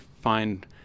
find